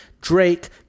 Drake